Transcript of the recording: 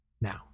Now